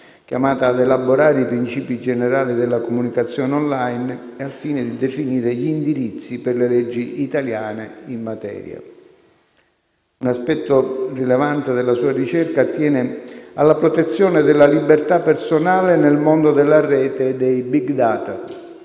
chiamata a elaborare i principi generali della comunicazione *online* al fine di definire gli indirizzi per le leggi italiane in materia. Un aspetto rilevante della sua ricerca attiene alla protezione della libertà personale nel mondo della rete e dei *big data*,